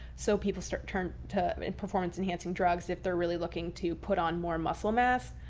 so people start turning to performance enhancing drugs if they're really looking to put on more muscle mass.